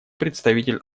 представитель